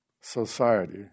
society